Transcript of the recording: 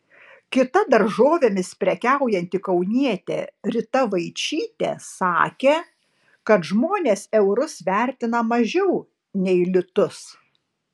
kita daržovėmis prekiaujanti kaunietė rita vaičytė sakė kad žmonės eurus vertina mažiau nei litus